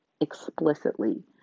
explicitly